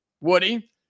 Woody